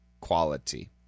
quality